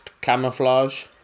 camouflage